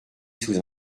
sous